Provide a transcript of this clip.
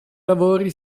lavori